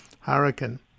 hurricane